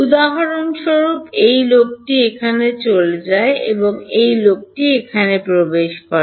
উদাহরণস্বরূপ এই লোকটি এখানে চলে যায় এবং এই লোকটি এখানে প্রবেশ করে